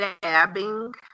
stabbing